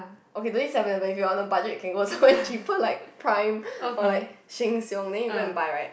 okay don't need Seven Eleven if you are on a budget you can go somewhere cheaper like Prime or like Sheng-Shiong then you go and buy right